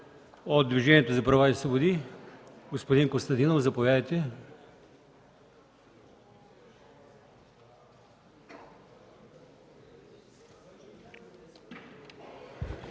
От Движението за права и свободи – господин Костадинов. Заповядайте.